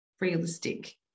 realistic